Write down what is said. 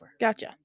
Gotcha